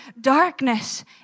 Darkness